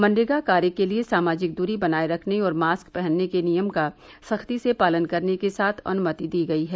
मनरेगा कार्य के लिए सामाजिक दूरी बनाए रखने और मास्क पहनने के नियम का सख्ती से पालन करने के साथ अनुमति दी गई है